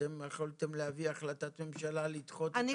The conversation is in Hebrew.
אתם יכולתם להביא החלטת ממשלה לדחות את --- אני